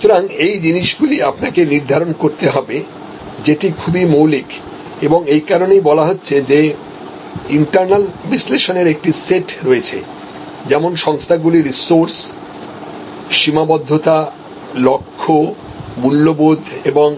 সুতরাং এই জিনিসগুলি আপনাকে নির্ধারণ করতে হবে যেটা খুবই মৌলিক এই কারণেই বলা হচ্ছে যে ইন্টারনাল বিশ্লেষণের একটি সেট রয়েছেযেমন সংস্থাগুলির রিসোর্স সীমাবদ্ধতা লক্ষ্য মূল্যবোধ এবং